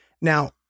Now